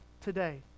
today